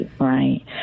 right